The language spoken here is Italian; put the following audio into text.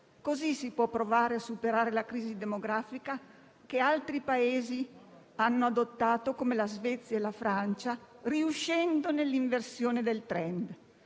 Così si può provare a superare la crisi demografica, come hanno fatto altri Paesi, come la Svezia e la Francia, riuscendo nell'inversione del *trend*.